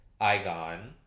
Igon